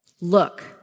look